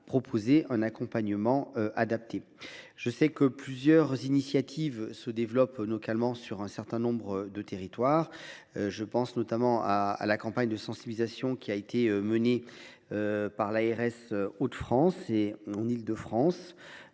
proposant un accompagnement adapté. Je sais que plusieurs initiatives se développent localement dans un certain nombre de territoires. Je pense notamment à la campagne de sensibilisation menée par les agences régionales de santé